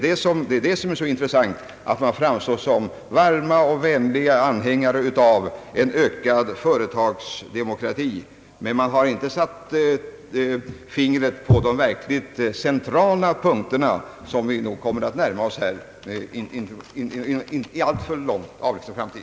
Man vill framstå som varma anhängare av en ökad företagsdemokrati, men det intressanta är att man inte har satt fingret på de verkligt centrala punkterna, som vi nog kommer att närma oss här inom en inte alltför avlägsen framtid.